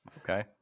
Okay